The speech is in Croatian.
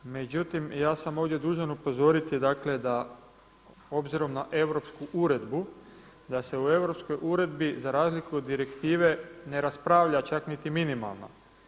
Međutim, ja sam ovdje dužan upozoriti dakle da obzirom na europsku uredbu, da se u europskoj uredbi za razliku od direktive ne raspravlja čak niti minimalno.